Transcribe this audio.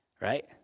Right